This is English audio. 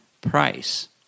price